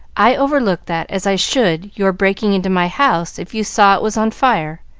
i overlook that as i should your breaking into my house if you saw it was on fire.